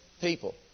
people